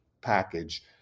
package